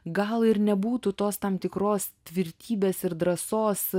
gal ir nebūtų tos tam tikros tvirtybės ir drąsos